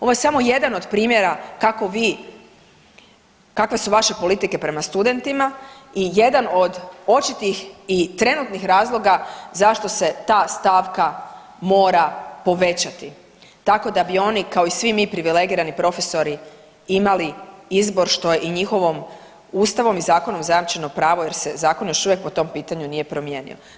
Ovo je samo jedan od primjera kako vi, kakve su vaše politike prema studentima i jedan od očitih i trenutnih razloga zašto se ta stavka mora povećati tako da bi oni kao i svi mi privilegirani profesori imali izbor što je i njihovo ustavom i zakonom zajamčeno pravo jer se zakon još uvijek po tom pitanju nije promijenio.